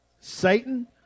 Satan